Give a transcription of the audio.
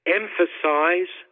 emphasize